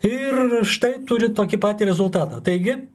ir štai turi tokį patį rezultatą taigi